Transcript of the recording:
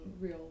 real